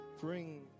bring